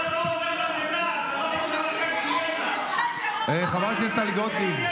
אתה לא אומר לה מילה, חברת הכנסת טלי גוטליב.